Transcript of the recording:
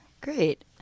Great